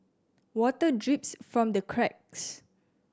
water drips from the cracks